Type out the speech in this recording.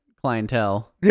clientele